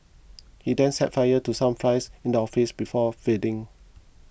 he then set fire to some files in the office before fleeing